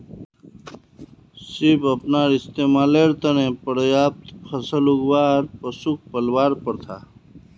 सिर्फ अपनार इस्तमालेर त न पर्याप्त फसल उगव्वा आर पशुक पलवार प्रथा